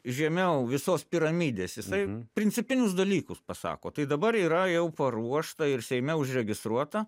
žemiau visos piramidės jisai principinius dalykus pasako tai dabar yra jau paruošta ir seime užregistruota